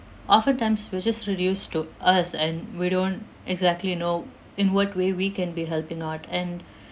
often times we're just reduced to us and we don't exactly know in what way we can be helping out and